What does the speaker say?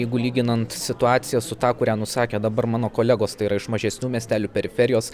jeigu lyginant situaciją su ta kurią nusakė dabar mano kolegos tai yra iš mažesnių miestelių periferijos